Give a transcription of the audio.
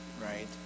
right